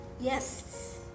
Yes